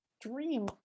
Dream